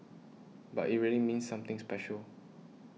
but it really means something special